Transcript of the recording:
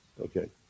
Okay